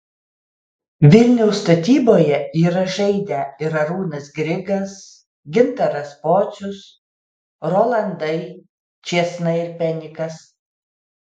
vilniaus statyboje yra žaidę ir arūnas grigas gintaras pocius rolandai čėsna ir penikas